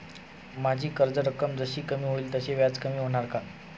माझी कर्ज रक्कम जशी कमी होईल तसे व्याज कमी होणार का?